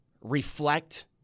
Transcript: reflect